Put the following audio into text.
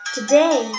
Today